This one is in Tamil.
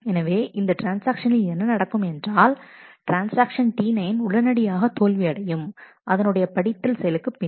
எனவே இந்த ட்ரான்ஸ்ஆக்ஷனில் என்ன நடக்கும் என்றால் ட்ரான்ஸ்ஆக்ஷன் T9 உடனடியாக தோல்வி அடையும் அதனுடைய படித்தல் செயலுக்குப் பின்னால்